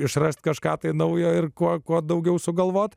išrasti kažką naujo ir kuo daugiau sugalvoti